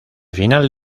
final